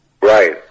Right